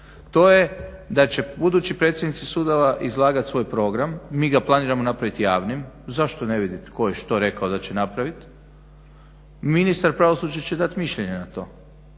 to je da će budući predsjednici sudova izlagat svoj program, mi ga planiramo napraviti javnim, zašto ne vidjet tko je što rekao da će napravit. Ministar pravosuđa će dat mišljenje na to,